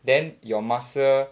then your muscle